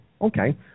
Okay